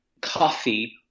coffee